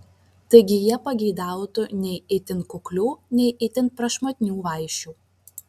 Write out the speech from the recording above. taigi jie pageidautų nei itin kuklių nei itin prašmatnių vaišių